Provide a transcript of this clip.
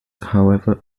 however